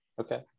okay